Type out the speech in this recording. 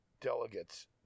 delegates